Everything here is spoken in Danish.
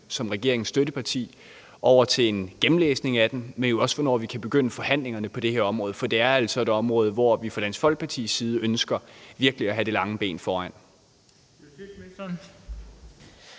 som regeringens støtteparti over til en gennemlæsning af den, men jo også, hvornår vi kan begynde forhandlingerne på det her område, for det er altså et område, hvor vi fra Dansk Folkepartis side ønsker virkelig at have det lange ben foran.